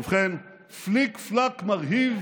ובכן, פליק-פלאק מרהיב